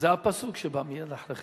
זה הפסוק שבא מייד אחרי כן.